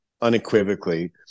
unequivocally